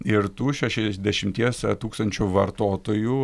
ir tų šešiasdešimties tūkstančių vartotojų